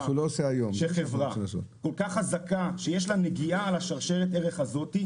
חברה כל כך חזקה שיש לה נגיעה לשרשרת ערך הזאת,